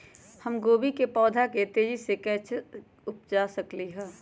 हम गोभी के पौधा तेजी से कैसे उपजा सकली ह?